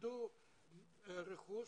איבדו רכוש,